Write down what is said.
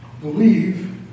believe